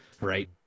right